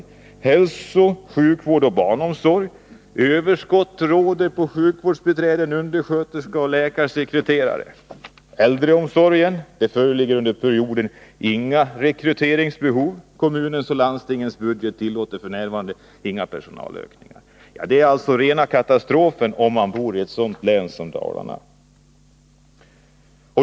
När det gäller hälsooch sjukvård samt barnomsorg råder det överskott på sjukvårdsbiträden, undersköterskor och läkarsekreterare. Inom äldreomsorgen föreligger under perioden inga rekryteringsbehov. Kommunernas och landstingens budget tillåter f. n. inga personalökningar. Det är alltså rena katastrofen, om man bor i Dalarna.